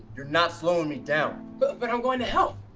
you're not slowing me down, but but i'm going to help.